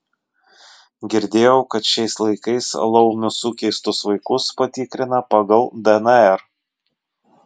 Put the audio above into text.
girdėjau kad šiais laikais laumių sukeistus vaikus patikrina pagal dnr